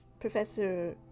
Professor